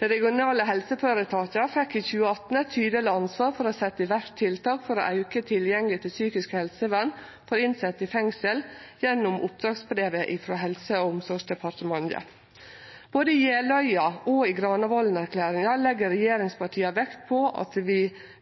Dei regionale helseføretaka fekk i 2018 eit tydeleg ansvar for å setje i verk tiltak for å auke tilgjenget til psykisk helsevern for innsette i fengsel gjennom oppdragsbrevet frå Helse- og omsorgsdepartementet. Både i Jeløya- og i Granavolden-plattforma legg regjeringspartia vekt på at vi